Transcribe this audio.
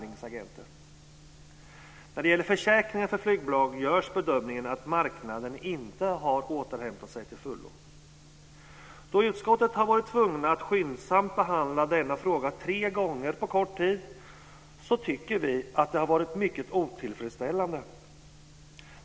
När det gäller försäkringar för flygbolag görs bedömningen att marknaden inte har återhämtat sig till fullo. Att utskottet har varit tvunget att skyndsamt behandla denna fråga tre gånger på kort tid tycker vi har varit mycket otillfredsställande.